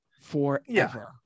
forever